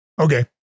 Okay